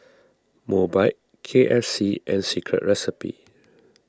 Mobike K F C and Secret Recipe